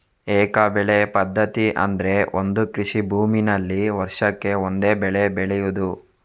ಏಕ ಬೆಳೆ ಪದ್ಧತಿ ಅಂದ್ರೆ ಒಂದು ಕೃಷಿ ಭೂಮಿನಲ್ಲಿ ವರ್ಷಕ್ಕೆ ಒಂದೇ ಬೆಳೆ ಬೆಳೆಯುದು